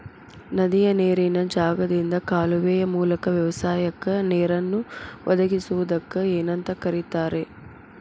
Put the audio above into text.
ನದಿಯ ನೇರಿನ ಜಾಗದಿಂದ ಕಾಲುವೆಯ ಮೂಲಕ ವ್ಯವಸಾಯಕ್ಕ ನೇರನ್ನು ಒದಗಿಸುವುದಕ್ಕ ಏನಂತ ಕರಿತಾರೇ?